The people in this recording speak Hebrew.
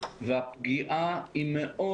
רק לגבי מילואים,